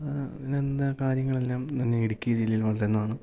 അങ്ങനെത്ത കാര്യങ്ങളെല്ലാം തന്നെ ഇടുക്കി ജില്ലയിൽ വളരുന്നതാണ്